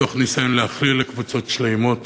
בניסיון להכליל על קבוצות שלמות